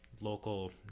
local